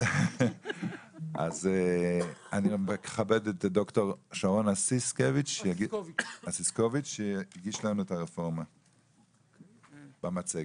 אני מכבד את ד"ר אסיסקוביץ' שיגיש לנו את הרפורמה במצגת.